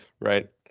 Right